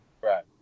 Right